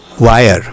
wire